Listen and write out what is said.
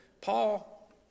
Paul